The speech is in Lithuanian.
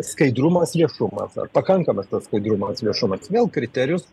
skaidrumas viešumas ar pakankamas tas skaidrumas viešumas vėl kriterijus